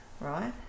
right